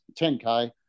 10k